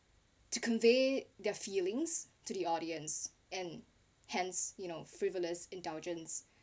to convey their feelings to the audience and hence you know frivolous indulgence